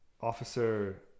Officer